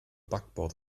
backbord